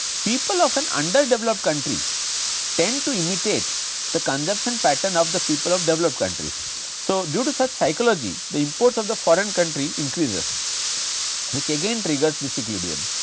people of an underdeveloped country tend to imitate the consumption pattern of the people of developed countries so, due to such psychology, the imports of the foreign country increases which again triggers disequilibrium.